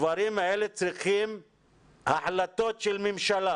הדברים האלה צריכים החלטות של ממשלה